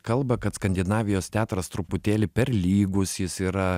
kalba kad skandinavijos teatras truputėlį per lygus jis yra